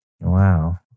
Wow